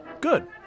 good